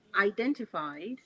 identified